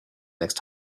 next